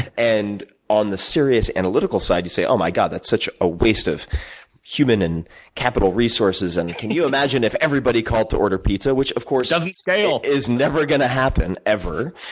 and on the serious, analytical side, you say, oh my god, that's such a waste of human and capital resources, and can you imagine if everybody called to order pizza? which, of course it doesn't scale! is never gonna happen, ever,